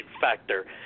factor